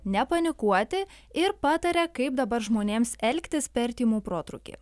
nepanikuoti ir pataria kaip dabar žmonėms elgtis per tymų protrūkį